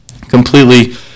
completely